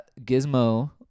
Gizmo